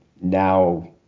now